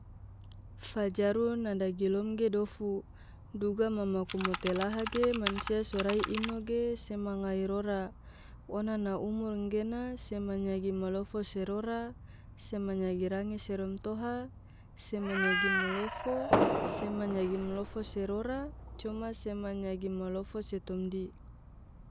fajaru na dagilom ge dofu, duga ma maku mote laha ge mansia sorai ino ge sema ngai rora, ona na umur enggena sema nyagi malofo se rora, sema nyagi range se romtoha, sema nyagi malofo, sema nyagi malofo se rora, coma sema nyagi malofo se tomdi.